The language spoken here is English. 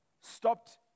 stopped